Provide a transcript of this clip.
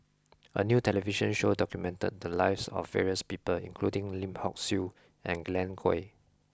a new television show documented the lives of various people including Lim Hock Siew and Glen Goei